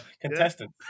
contestant